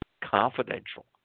confidential